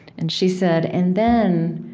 and she said, and then